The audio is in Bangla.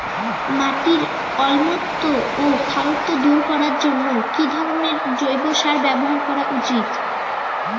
মাটির অম্লত্ব ও খারত্ব দূর করবার জন্য কি ধরণের জৈব সার ব্যাবহার করা উচিৎ?